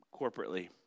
corporately